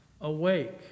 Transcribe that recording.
Awake